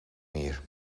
meer